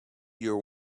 your